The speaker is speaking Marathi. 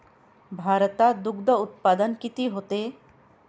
भारतात दुग्धउत्पादन किती होते?